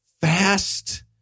fast